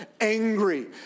angry